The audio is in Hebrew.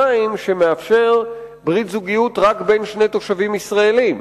שמאפשר ברית זוגיות רק בין שני תושבים ישראלים.